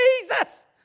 Jesus